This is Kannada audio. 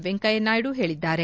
ವೆಂಕಯ್ಯ ನಾಯ್ಡು ಹೇಳಿದ್ದಾರೆ